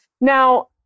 Now